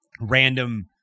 random